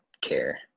care